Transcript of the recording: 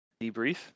Debrief